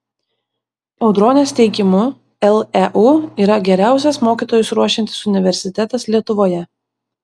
audronės teigimu leu yra geriausias mokytojus ruošiantis universitetas lietuvoje